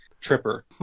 Tripper